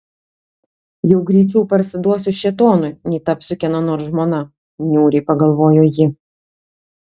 jau greičiau parsiduosiu šėtonui nei tapsiu kieno nors žmona niūriai pagalvojo ji